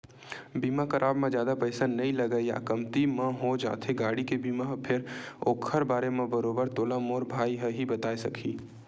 बीमा कराब म जादा पइसा नइ लगय या कमती म हो जाथे गाड़ी के बीमा ह फेर ओखर बारे म बरोबर तोला मोर भाई ह ही बताय सकही